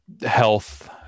health